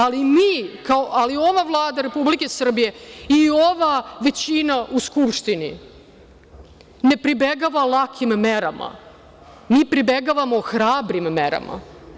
Ali, ova Vlada Republike Srbije i ova većina u Skupštini, ne pribegava lakim merama, mi pribegavamo hrabrim merama.